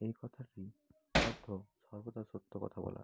এই কথাটির অর্থ সর্বদা সত্য কথা বলা